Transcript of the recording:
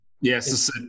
Yes